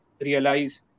realize